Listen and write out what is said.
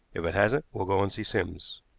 if it hasn't, we'll go and see sims.